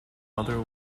mother